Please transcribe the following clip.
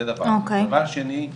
דבר שני,